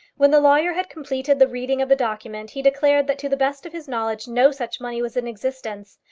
when the lawyer had completed the reading of the document, he declared that to the best of his knowledge no such money was in existence.